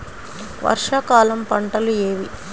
వర్షాకాలం పంటలు ఏవి?